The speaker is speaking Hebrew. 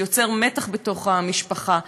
זה יוצר מתח בתוך המשפחה.